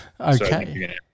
Okay